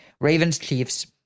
Ravens-Chiefs